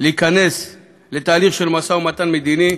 להיכנס לתהליך של משא-ומתן מדיני,